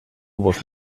bost